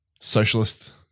socialist